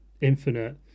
infinite